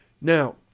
Now